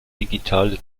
digitale